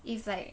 if like